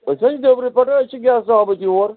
أسۍ حظ چھِ نیٚبرٕ پٮ۪ٹھٕے أسۍ چھِ گٮ۪سٹہٕ آمٕتۍ یور